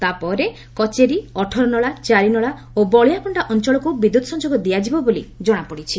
ତା'ପରେ କଚେରୀ ଅଠରନଳା ଚାରିନଳା ଓ ବଳିଆପଣ୍ଡା ଅଞଳକୁ ବିଦ୍ୟୁତ୍ ସଂଯୋଗ ଦିଆଯିବ ବୋଲି ଜଶାପଣ୍ଡ଼ିଛି